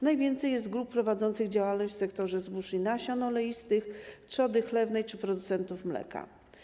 Najwięcej jest grup prowadzących działalność w sektorze zbóż i nasion oleistych, trzody chlewnej czy producentów mleka.